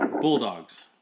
Bulldogs